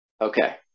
Okay